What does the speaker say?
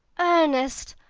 ernest!